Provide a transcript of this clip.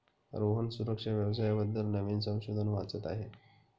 रोहन सुरक्षा व्यवसाया बद्दल नवीन संशोधन वाचत आहे